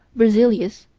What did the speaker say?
berzelius,